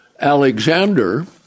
Alexander